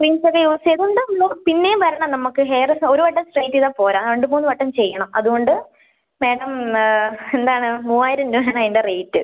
use ചെയ്തുകൊണ്ട് ഒന്ന് പിന്നെയും വരണം നമുക്ക് ഹെയര് ഒരു വട്ടം സ്ട്രെയിറ്റ് ചെയ്താല്പ്പോരാ രണ്ട് മൂന്ന് വട്ടം ചെയ്യണം അതുകൊണ്ട് മാഡം എന്താണ് മൂവായിരം രൂപയാണ് അതിൻ്റെ റേറ്റ്